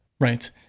Right